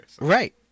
Right